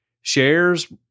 shares